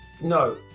No